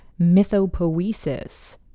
mythopoesis